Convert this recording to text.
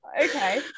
Okay